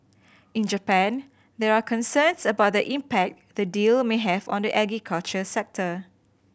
in Japan there are concerns about the impact the deal may have on the agriculture sector